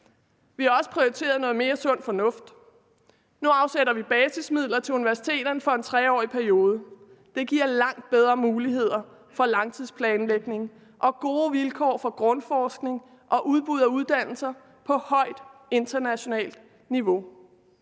Vi har også prioriteret noget mere sund fornuft. Nu afsætter vi basismidler til universiteterne for en 3-årige periode. Det giver langt bedre muligheder for langtidsplanlægning og gode vilkår for grundforskning og udbud af uddannelser på højt internationalt niveau.